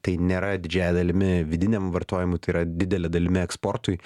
tai nėra didžiąja dalimi vidiniam vartojimui tai yra didele dalimi eksportui